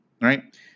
right